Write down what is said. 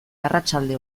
arratsalde